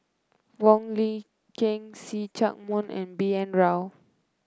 Wong Lin Ken See Chak Mun and B N Rao